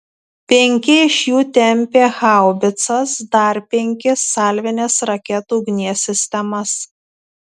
penki iš jų tempė haubicas dar penki salvinės raketų ugnies sistemas